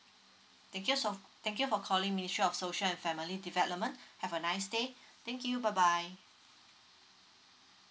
thank you so~ thank you for calling ministry of social and family development have a nice day thank you bye bye